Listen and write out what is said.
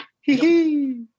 Hee-hee